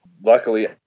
Luckily